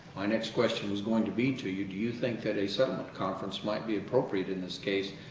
my next question was going to be to you, do you think that a settlement conference might be appropriate in this case,